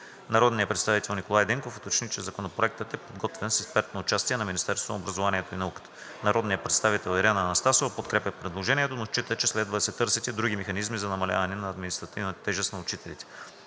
Народният представител Николай Денков уточни, че Законопроектът е подготвен с експертното участие на Министерството на образованието и науката. Народният представител Ирена Анастасова подкрепя предложенията, но счита, че следва да се търсят и други механизми за намаляване на административната тежест на учителите.